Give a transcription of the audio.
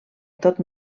tot